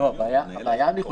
אדוני,